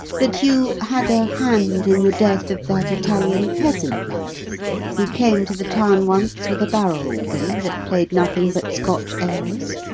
that you had a hand in the death of that italian peasant lad who came to the town once with a barrel-organ that played nothing but scotch airs?